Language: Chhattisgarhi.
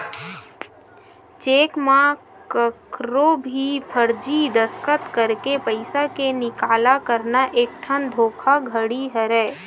चेक म कखरो भी फरजी दस्कत करके पइसा के निकाला करना एकठन धोखाघड़ी हरय